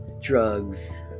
drugs